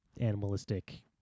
animalistic